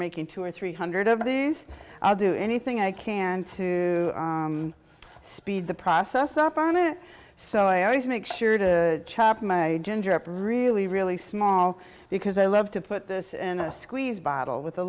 making two or three hundred of these i'll do anything i can to speed the process up on it so i always make sure to chop my ginger up really really small because i love to put this in a squeeze bottle with